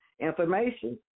information